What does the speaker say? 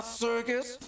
circus